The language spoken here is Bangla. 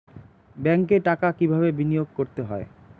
ব্যাংকে টাকা কিভাবে বিনোয়োগ করতে হয়?